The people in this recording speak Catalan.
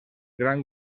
gran